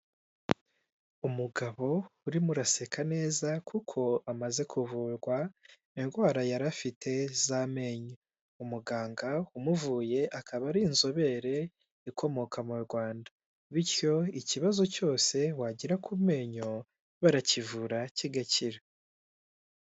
Umugabo uririmo uraseka neza kuko amaze kuvurwa indwara yari afite z'amenyo umuganga umuvuye akaba ari inzobere ikomoka mu Rwanda bityo ikibazo cyose wagera ku menyo barakivura kigakira.